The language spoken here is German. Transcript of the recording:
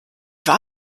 war